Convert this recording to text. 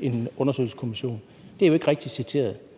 en undersøgelseskommission. Det er jo ikke rigtigt citeret.